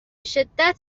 شدت